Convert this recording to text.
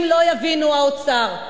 אם לא יבינו, האוצר,